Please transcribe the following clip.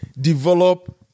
develop